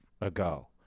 ago